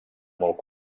molt